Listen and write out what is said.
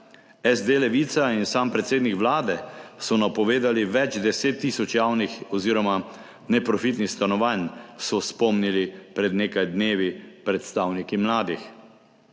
SD, Levica in sam predsednik Vlade so napovedali več deset tisoč javnih oziroma neprofitnih stanovanj, so spomnili pred nekaj dnevi predstavniki mladih.